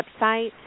website